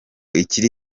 ikiri